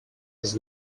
was